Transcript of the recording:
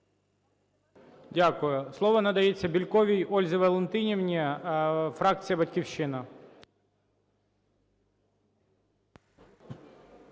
Дякую. Слово надається Бєльковій Ользі Валентинівні, фракція "Батьківщина".